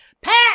Pat